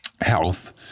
health